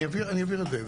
אני אבהיר את זה.